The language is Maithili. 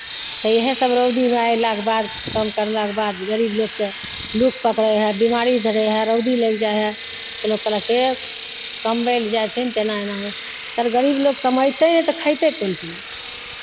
तऽ इएहसभ रौदीमे अयलाके बाद काम करलाके बाद गरीब लोककेँ लू पकड़ै हइ बीमारी धरै हइ रौदी लागि जाइ हइ लोक कहलक हे कमबय लेल जाइ छै ने तऽ एना एना होइ छै सर गरीब लोक कमयतै नहि तऽ खयतै कोन चीज